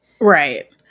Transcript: Right